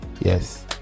Yes